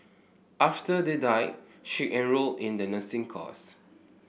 after they died she enrolled in the nursing course